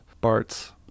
Bart's